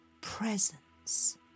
presence